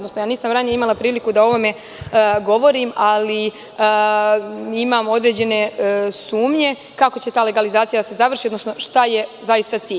Nisam ranije imala priliku da o ovome govorim, ali imam određene sumnje kako će ta legalizacija da se završi, odnosno šta je zaista cilj.